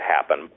happen